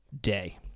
day